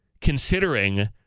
considering